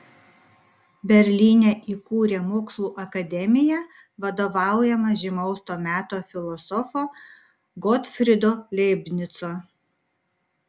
berlyne įkūrė mokslų akademiją vadovaujamą žymaus to meto filosofo gotfrydo leibnico